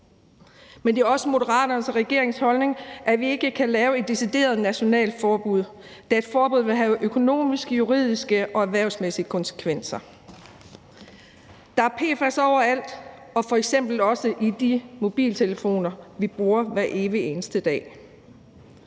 Men det er også Moderaterne og regeringens holdning, at vi ikke kan lave et decideret nationalt forbud, da et forbud vil have økonomiske, juridiske og erhvervsmæssige konsekvenser. Der er PFAS overalt og f.eks. også i de mobiltelefoner, vi bruger hver evige eneste dag.